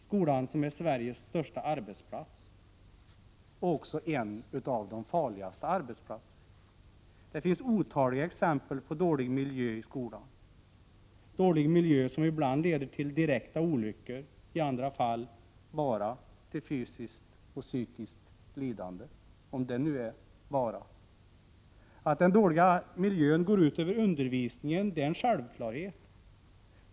Skolan är Sveriges största arbetsplats och också en av — Prot. 1987/88:42 de farligaste arbetsplatserna. Det finns otaliga exempel på dålig miljö i 10 december 1987 skolan. Den dåliga miljön leder ibland till direkta olyckor och i andra fall == Tmo däes. bara till fysiskt och psykiskt lidande — om det nu är så bara. Det är en självklarhet att den dåliga miljön går ut över undervisningen.